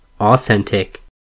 authentic